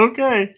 Okay